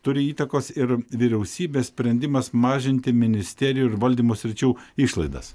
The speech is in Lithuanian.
turi įtakos ir vyriausybės sprendimas mažinti ministerijų ir valdymo sričių išlaidas